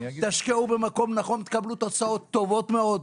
תשקיעו במקום נכון, תקבלו תוצאות טובות מאוד.